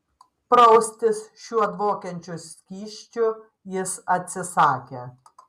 praustis šiuo dvokiančiu skysčiu jis atsisakė